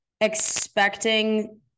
expecting